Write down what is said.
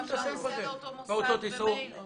הוא גם לא נוסע לאותו מוסד ממילא.